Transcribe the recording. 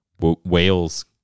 Wales